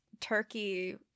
turkey